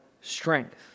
strength